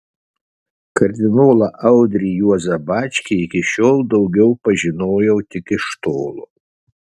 kardinolą audrį juozą bačkį iki šiol daugiau pažinojau tik iš tolo